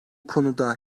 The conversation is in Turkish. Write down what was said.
konuda